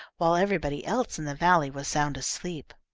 while everybody else in the valley was sound asleep.